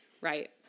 right